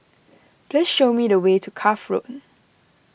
please show me the way to Cuff Road